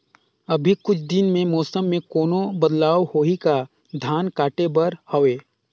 अभी कुछ दिन मे मौसम मे कोनो बदलाव होही का? धान काटे बर हवय?